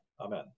Amen